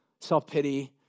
self-pity